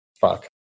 Fuck